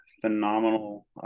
phenomenal